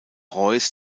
reuß